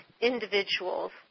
individuals